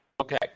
okay